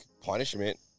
punishment